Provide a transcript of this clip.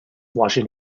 washing